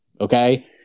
Okay